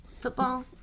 Football